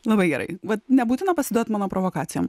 labai gerai vat nebūtina pasiduot mano provokacijom